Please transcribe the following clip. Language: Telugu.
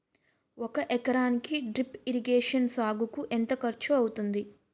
ఒక ఎకరానికి డ్రిప్ ఇరిగేషన్ సాగుకు ఎంత ఖర్చు అవుతుంది?